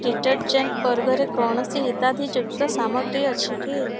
detergent ବର୍ଗରେ କୌଣସି ରିହାତିଯୁକ୍ତ ସାମଗ୍ରୀ ଅଛି କି